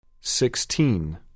Sixteen